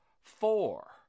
four